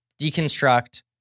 deconstruct